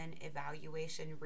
evaluation